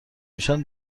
ایشان